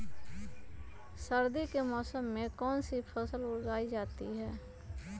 सर्दी के मौसम में कौन सी फसल उगाई जाती है?